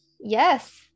yes